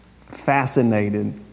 fascinated